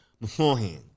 beforehand